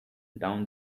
down